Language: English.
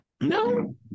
No